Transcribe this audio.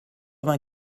vingt